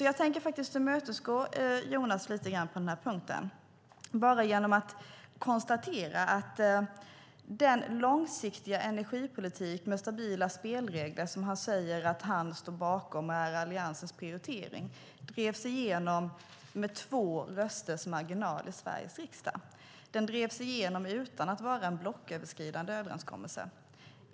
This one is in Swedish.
Jag tänker tillmötesgå Jonas lite grann på den här punkten genom att konstatera att den långsiktiga energipolitik med stabila spelregler som han säger är Alliansens prioritering drevs igenom med två rösters marginal i Sveriges riksdag. Den drevs igenom utan att vara en blocköverskridande överenskommelse.